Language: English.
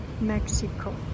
Mexico